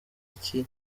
iki